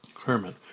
Herman